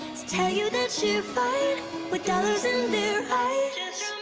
to tell you that you're fine with dollars in their eyes